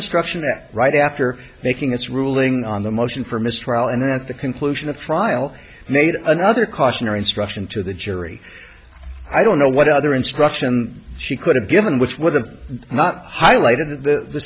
instruction that right after making its ruling on the motion for mistrial and then at the conclusion of the trial made another cautionary instruction to the jury i don't know what other instruction she could have given which would have not highlighted the